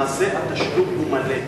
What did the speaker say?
למעשה התשלום הוא מלא.